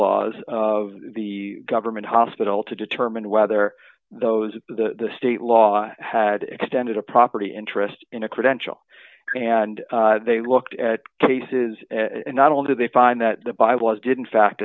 laws of the government hospital to determine whether those the state law had extended a property interest in a credential and they looked at cases not only did they find that the bylaws didn't fact